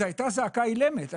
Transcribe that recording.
זו הייתה זעקה אילמת.